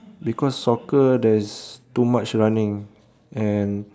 because soccer there's too much running and